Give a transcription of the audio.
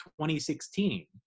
2016